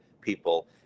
people